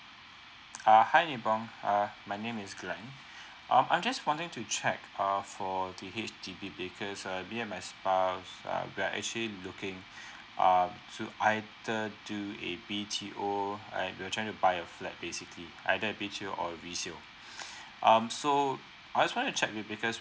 uh hi nebong uh my name is glan uh I'm just wanting to check err for the H_D_B because uh me and my spouse uh we are actually looking um to either do a B_T_O and we are trying to buy a flat basically either a B_T_O or resale um so I just want to check with because